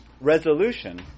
resolution